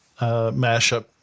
mashup